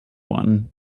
one